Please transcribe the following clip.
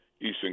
Eastern